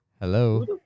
Hello